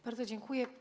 Bardzo dziękuję.